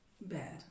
bad